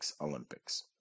Olympics